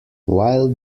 while